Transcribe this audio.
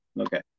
Okay